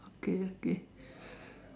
okay okay